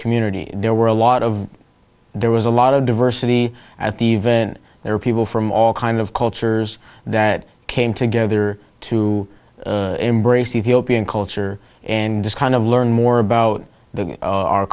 community there were a lot of there was a lot of diversity at the event there are people from all kinds of cultures that came together to embrace ethiopian culture and just kind of learn more about the our